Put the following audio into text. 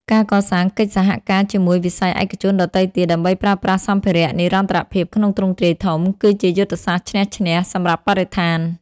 ការកសាងកិច្ចសហការជាមួយវិស័យឯកជនដទៃទៀត ដើម្បីប្រើប្រាស់សម្ភារៈនិរន្តរភាពក្នុងទ្រង់ទ្រាយធំ គឺជាយុទ្ធសាស្ត្រឈ្នះ-ឈ្នះ សម្រាប់បរិស្ថាន។